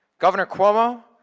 governor cuomo,